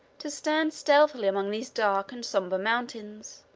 to stand stealthily among these dark and somber mountains,